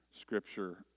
Scripture